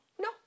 No